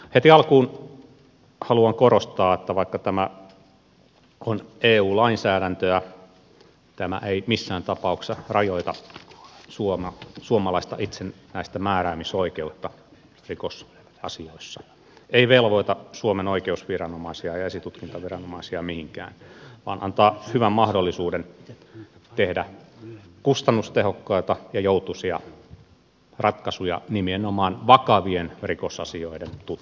heti alkuun haluan korostaa että vaikka tämä on eu lainsäädäntöä tämä ei missään tapauksessa rajoita suomalaista itsenäistä määräämisoikeutta rikosasioissa eikä velvoita suomen oikeusviranomaisia ja esitutkintaviranomaisia mihinkään vaan antaa hyvän mahdollisuuden tehdä kustannustehokkaita ja joutuisia ratkaisuja nimenomaan vakavien rikosasioiden tutkinnassa